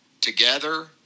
together